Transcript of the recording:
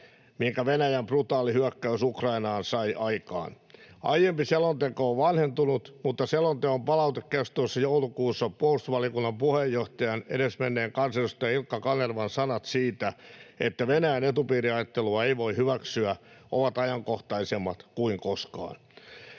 minkä Venäjän brutaali hyökkäys Ukrainaan sai aikaan. Aiempi selonteko on vanhentunut, mutta selonteon palautekeskustelussa joulukuussa puolustusvaliokunnan puheenjohtajan, edesmenneen kansanedustaja Ilkka Kanervan sanat siitä, että Venäjän etupiiriajattelua ei voi hyväksyä, ovat ajankohtaisemmat kuin koskaan.